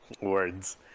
Words